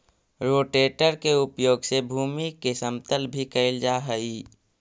rotator के उपयोग से भूमि के समतल भी कैल जा हई